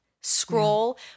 scroll